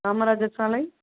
காமராஜர் சாலை